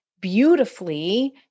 beautifully